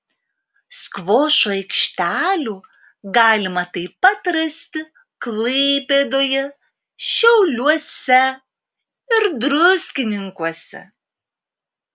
skvošo aikštelių galima taip pat rasti klaipėdoje šiauliuose ir druskininkuose